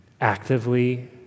Actively